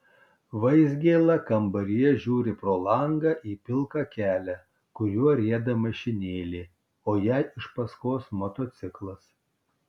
vaizgėla kambaryje žiūri pro langą į pilką kelią kuriuo rieda mašinėlė o jai iš paskos motociklas